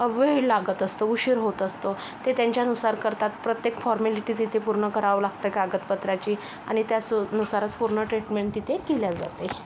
वेळ लागत असतो उशीर होत असतो ते त्यांच्यानुसार करतात प्रत्येक फॉरमॅलिटी तिथे पूर्ण करावी लागते कागदपत्राची आणि त्या सु नुसारच पूर्ण ट्रीटमेंट तिथे केली जाते